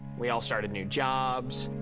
we all started new jobs.